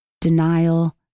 denial